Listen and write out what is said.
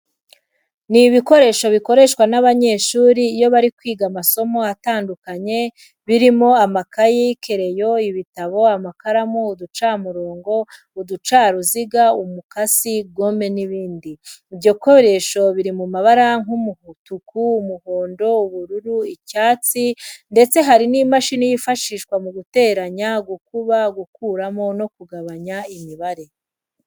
Ni ibikoresho bikoreshwa n'abanyeshuri iyo bari kwiga amasomo atandukanye, birimo amakayi, kereyo, ibitabo, amakaramu, uducamurongo, uducaruziga, umukasi, gome n'ibindi. Ibyo bikoresho biri mu mabara nk'umutuku, umuhondo, ubururu, icyatsi ndetse hari n'imashini yifashishwa mu guteranya, gukuba, gukuramo no kugabanya imibare.